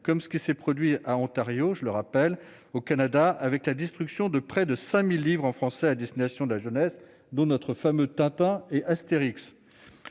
comme ce qui s'est produit à Ontario, je le rappelle au Canada avec la destruction de près de 5000 livres en français à destination de la jeunesse, d'où notre fameux Tintin et Astérix,